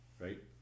right